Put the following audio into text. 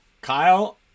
kyle